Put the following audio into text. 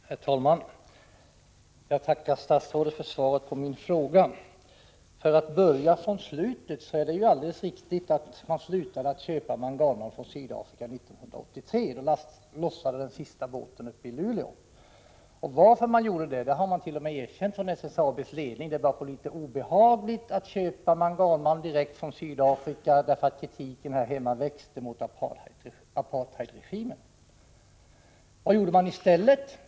Herr talman! Jag tackar statsrådet för svaret på min fråga. För att börja från slutet vill jag säga att det är alldeles riktigt att man slutade att köpa manganmalm från Sydafrika 1983. Då lossades den sista båten i Luleå. SSAB:s ledning har ju t.o.m. erkänt att detta berodde på att man tyckte att det var litet obehagligt att köpa manganmalm direkt från Sydafrika, därför att kritiken här hemma mot apartheidregimen växte. Vad gjorde man i stället?